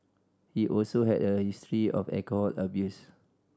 he also had a history of alcohol abuse